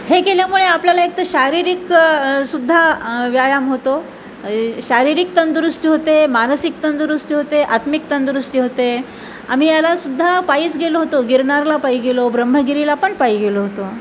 हे गेल्यामुळे आपल्याला एकतर शारीरिकसुद्धा व्यायाम होतो शारीरिक तंदुरुस्ती होते मानसिक तंदुरुस्ती होते आत्मिक तंदुरुस्ती होते आम्ही यालासुद्धा पायीच गेलो होतो गिरनारला पायी गेलो ब्रह्मगिरीला पण पायी गेलो होतो